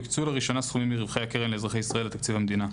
יוקצו לראשונה סכומים מרווחי הקרן לאזרחי ישראל לתקציב המדינה.